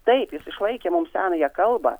taip jis išlaikė mums senąją kalbą